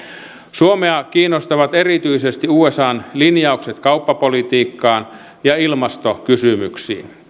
suomea kiinnostavat erityisesti usan linjaukset kauppapolitiikkaan ja ilmastokysymyksiin